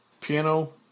Piano